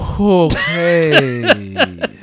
Okay